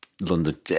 london